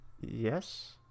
Yes